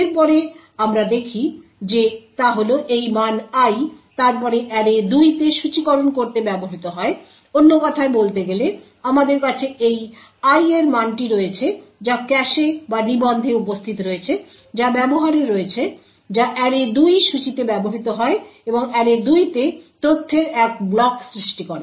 এরপরে আমরা যা দেখি তা হল এই মান I তারপরে অ্যারে 2 তে সূচীকরণ করতে ব্যবহৃত হয় অন্য কথায় বলতে গেলে আমাদের কাছে এই I এর মানটি রয়েছে যা ক্যাশে বা নিবন্ধে উপস্থিত রয়েছে যা ব্যবহারে রয়েছে যা অ্যারে 2 সূচিতে ব্যবহৃত হয় এবং অ্যারে 2 তে তথ্যের এক ব্লক সৃষ্টি করে